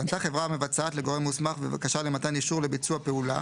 פנתה חברה מבצעת לגורם מוסמך בבקשה למתן אישור לביצוע פעולה